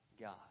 God